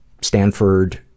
Stanford